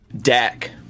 Dak